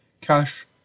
cash